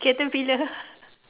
caterpillar